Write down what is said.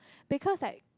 because like